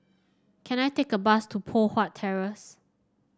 can I take a bus to Poh Huat Terrace